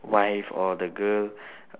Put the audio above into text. wife or the girl